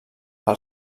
pel